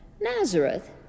Nazareth